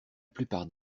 plupart